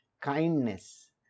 kindness